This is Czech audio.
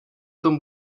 tom